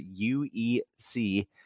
UEC